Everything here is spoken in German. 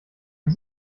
ich